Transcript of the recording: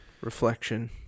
reflection